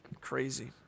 crazy